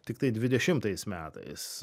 tiktai dvidešimtais metais